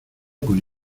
con